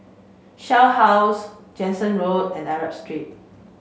Shell House Jansen Road and Arab Street